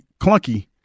clunky